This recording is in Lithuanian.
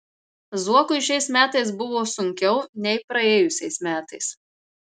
zuokui šiais metais buvo sunkiau nei praėjusiais metais